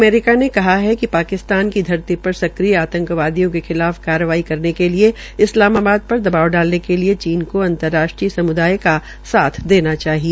अमरीका ने कहा है कि पाकिस्तान की धरती पर सक्रिय आतंकवादियो के खिलाफ कार्रवाई करने के लिये इस्लामावाद पर दवाब डालने के लिये चीन को अंतर्राष्ट्रीय सम्दाय का साथ देना चाहिए